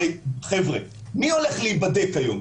מי הולך להיבדק היום?